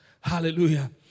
Hallelujah